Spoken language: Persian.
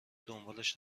دنبالش